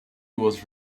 was